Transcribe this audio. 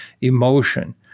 emotion